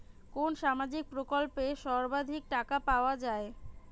কোন সামাজিক প্রকল্পে সর্বাধিক টাকা পাওয়া য়ায়?